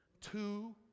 Two